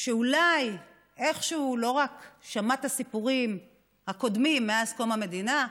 שאולי איכשהו לא רק שמע את הסיפורים הקודמים מאז קום המדינה,